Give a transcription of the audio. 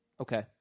Okay